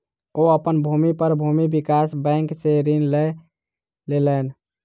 ओ अपन भूमि पर भूमि विकास बैंक सॅ ऋण लय लेलैन